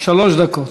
שלוש דקות.